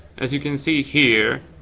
as you can see here.